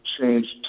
changed